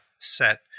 set